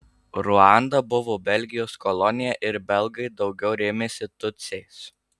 ruanda buvo belgijos kolonija ir belgai daugiau rėmėsi tutsiais